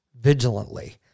vigilantly